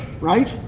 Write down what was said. right